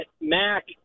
Mac